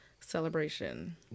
celebration